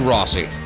Rossi